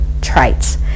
traits